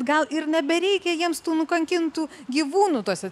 gal ir nebereikia jiems tų nukankintų gyvūnų tuose